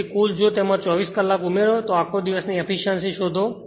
તેથી કુલ જો તેમાં 24 કલાક ઉમેરો અને આખો દિવસ ની એફીશ્યંસી શોધો